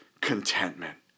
contentment